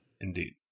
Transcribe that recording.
Indeed